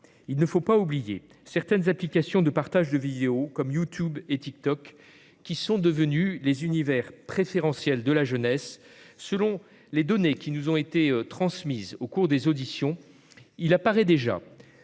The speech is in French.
Il ne faut pas oublier certaines applications de partage de vidéos, comme YouTube et TikTok, qui sont devenues les univers préférentiels de la jeunesse. Selon des données qui nous ont été transmises au cours des auditions, il apparaît déjà